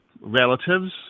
relatives